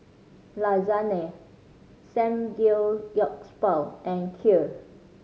Lasagne Samgeyopsal and Kheer